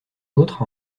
l’autre